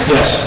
Yes